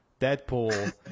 Deadpool